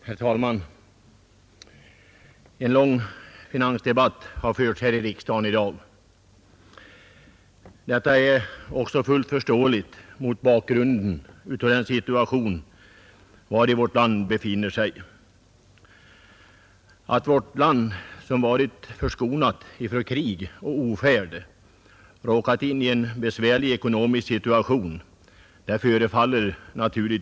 Herr talman! En lång finansdebatt har förts i riksdagen i dag. Det är också fullt förståeligt mot bakgrund av den situation i vilken vårt land befinner sig. Det förefaller naturligtvis märkligt att vårt land, som varit förskonat från krig och ofärd, råkat in i en besvärlig ekonomisk situation.